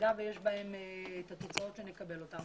שבמידה שיש בהם את התוצאות שנקבל אותם,